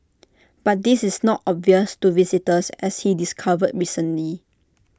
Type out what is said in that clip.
but this is not obvious to visitors as he discovered recently